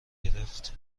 گرفت